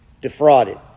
defrauded